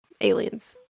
aliens